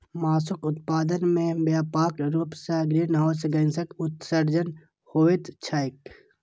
मासुक उत्पादन मे व्यापक रूप सं ग्रीनहाउस गैसक उत्सर्जन होइत छैक